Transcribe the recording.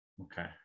Okay